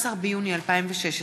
13 ביוני 2016,